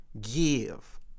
give